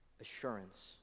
assurance